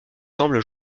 semble